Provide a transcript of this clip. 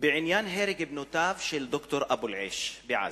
בעניין הרג בנותיו של ד"ר אבו אלעיש בעזה.